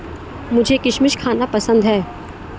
मुझें किशमिश खाना पसंद है